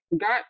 got